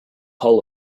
hull